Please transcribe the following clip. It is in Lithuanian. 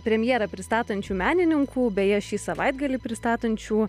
premjerą pristatančių menininkų beje šį savaitgalį pristatančių